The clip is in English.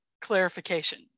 clarification